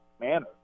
manner